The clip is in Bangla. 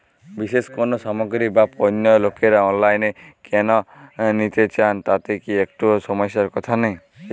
বিশেষ কোনো সামগ্রী বা পণ্য লোকেরা অনলাইনে কেন নিতে চান তাতে কি একটুও সমস্যার কথা নেই?